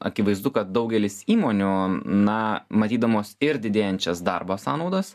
akivaizdu kad daugelis įmonių na matydamos ir didėjančias darbo sąnaudas